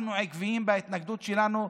אנחנו עקביים בהתנגדות שלנו,